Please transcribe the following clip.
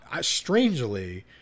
strangely